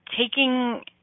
taking